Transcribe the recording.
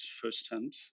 firsthand